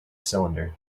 cylinder